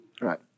right